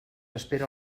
espera